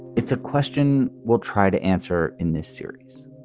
it's a question we'll try to answer in this series